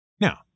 Now